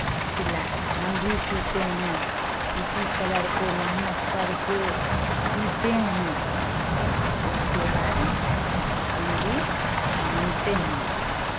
सिलाई हम भी सिलते हैं उसी कलर को मेहनत करके सिलते हैं उसके बाद हम भी पहनते हैं